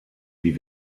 wie